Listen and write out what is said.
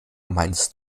meinst